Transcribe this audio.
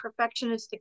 perfectionistic